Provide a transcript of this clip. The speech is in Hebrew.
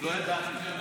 לא ידעתי.